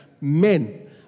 men